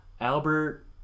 Albert